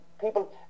People